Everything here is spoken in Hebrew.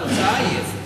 התוצאה היא אפס.